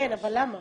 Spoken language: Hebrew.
כן, אבל למה?